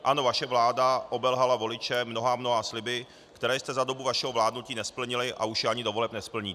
Ano, vaše vláda obelhala voliče mnoha a mnoha sliby, které jste za dobu vašeho vládnutí nesplnili a už je ani do voleb nesplníte.